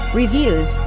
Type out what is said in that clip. reviews